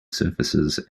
surfaces